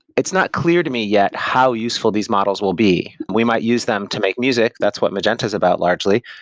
it's not clear to me yet how useful these models will be. we might use them to make music, that's what magenta is about largely,